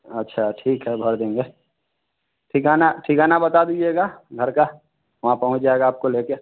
अच्छा ठीक है भर देंगे ठिकाना ठिकाना बता दीजिएगा घर का वहाँ पहुँच जाएगा आपको लेके